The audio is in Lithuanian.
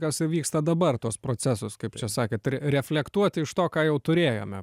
kas vyksta dabar tuos procesus kaip čia sakėt reflektuot iš to ką jau turėjome